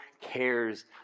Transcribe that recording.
cares